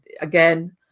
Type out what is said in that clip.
again